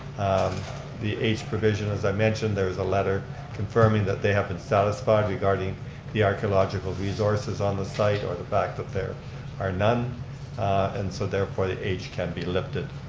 the h provision as i mentioned there's a letter confirming that they have been satisfied regarding the archeological resources on the site or the backup there are none and so therefore the h can be lifted.